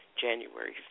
January